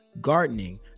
gardening